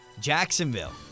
Jacksonville